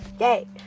yay